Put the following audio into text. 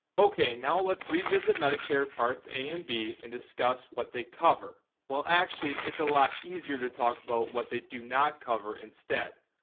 okay, now let's revisit medicare parts a and b and discuss what they cover. well actually it's a lot easier to talk about what they do not cover instead,